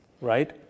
right